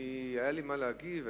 היה לי מה להגיב,